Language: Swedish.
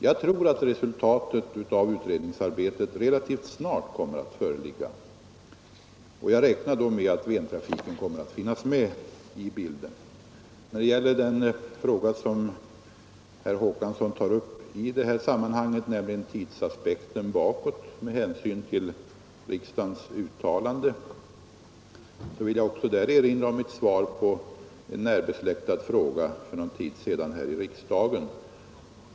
Jag tror att resultatet av utredningsarbetet kommer att föreligga relativt snart, och jag räknar då med att Ventrafiken kommer att finnas med i bilden. Herr Håkansson i Rönneberga tog upp tidsaspekten bakåt med hänsyn till riksdagens uttalande. Jag vill också på den punkten erinra om mitt svar på en närbesläktad fråga för en tid sedan.